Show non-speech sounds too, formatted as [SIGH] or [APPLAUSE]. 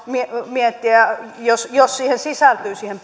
jos jos sitä sisältyy siihen [UNINTELLIGIBLE]